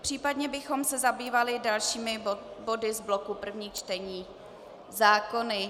Případně bychom se zabývali dalšími body z bloku prvních čtení zákony.